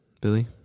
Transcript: Billy